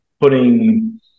putting